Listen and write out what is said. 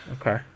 Okay